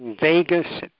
Vegas